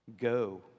Go